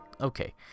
Okay